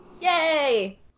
yay